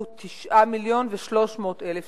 הוא 9.3 מיליון שקלים.